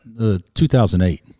2008